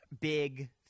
big